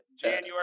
January